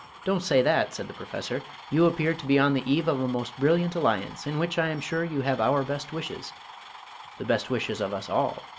don't say that, said the professor you appear to be on the eve of a most brilliant alliance, in which i am sure you have our best wishes the best wishes of us all,